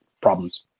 problems